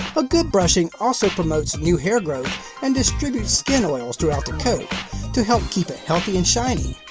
a good brushing also promotes new hair growth and distributes skin oils throughout the coat to help keep it healthy and shiny.